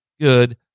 good